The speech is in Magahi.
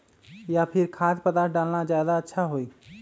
या फिर खाद्य पदार्थ डालना ज्यादा अच्छा होई?